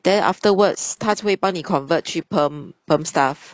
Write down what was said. then afterwards 他就会帮你 convert 去 permanent permanent staff